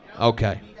Okay